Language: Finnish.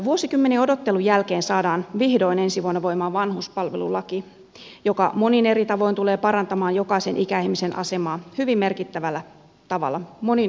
vuosikymmenien odottelun jälkeen saadaan vihdoin ensi vuonna voimaan vanhuspalvelulaki joka monin eri tavoin tulee parantamaan jokaisen ikäihmisen asemaa hyvin merkittävällä tavalla monin erilaisin tavoin